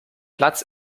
platz